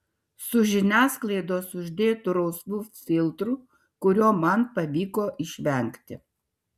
su žiniasklaidos uždėtu rausvu filtru kurio man pavyko išvengti